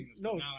no